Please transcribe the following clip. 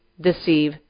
deceive